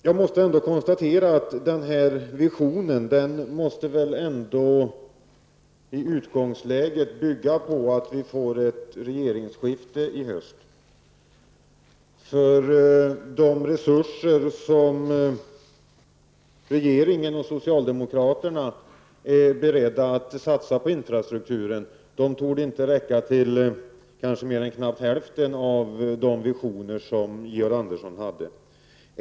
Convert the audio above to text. Jag måste ändå konstatera att denna vision i utgångsläget måste bygga på att vi får ett regeringsskifte i höst. De resurser som regeringen och socialdemokraterna är beredda att satsa på infrastrukturen torde nämligen inte räcka till ens hälften av de visioner Georg Andersson hade.